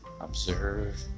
observe